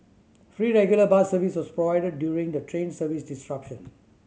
free regular bus service was provided during the train service disruption